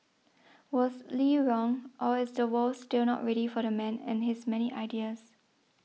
was Lee wrong or is the world still not ready for the man and his many ideas